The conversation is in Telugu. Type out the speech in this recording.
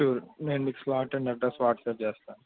షూర్ నేను మీకు స్పాట్ అండ్ అడ్రస్ వాట్సాప్ చేస్తాను